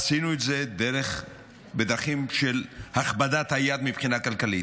עשינו את זה בדרכים של הכבדת היד מבחינה כלכלית.